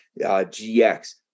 GX